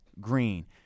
Green